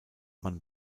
man